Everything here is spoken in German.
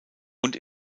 und